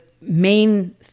main